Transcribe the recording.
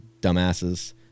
dumbasses